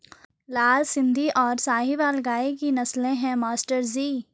लाल सिंधी और साहिवाल गाय की नस्लें हैं मास्टर जी